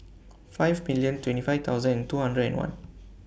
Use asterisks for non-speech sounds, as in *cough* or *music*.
*noise* five million twenty five thousand two hundred and one